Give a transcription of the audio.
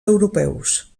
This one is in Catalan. europeus